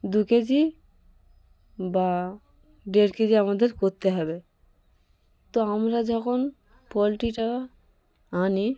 দু K G বা দেড় কে জি আমাদের করতে হবে তো আমরা যখন পোলট্রিটা আনি